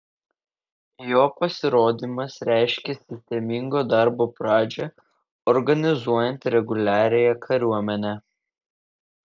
jo pasirodymas reiškė sistemingo darbo pradžią organizuojant reguliariąją kariuomenę